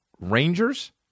Rangers